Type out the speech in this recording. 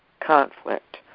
conflict